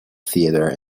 theatre